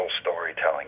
storytelling